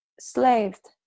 slaved